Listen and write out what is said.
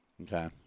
Okay